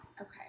Okay